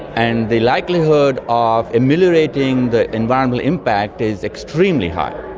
and the likelihood of ameliorating the environmental impact is extremely high.